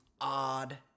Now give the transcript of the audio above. odd